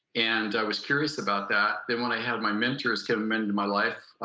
and i was curious about that. then when i had my mentors come into my life,